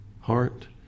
heart